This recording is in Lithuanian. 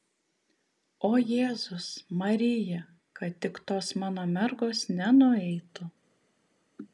o jėzus marija kad tik tos mano mergos nenueitų